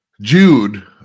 jude